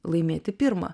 laimėti pirmą